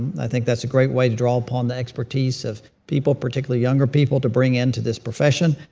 i think that's a great way to draw upon the expertise of people, particularly younger people, to bring into this profession.